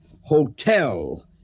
hotel